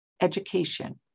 education